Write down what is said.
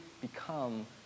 become